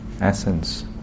essence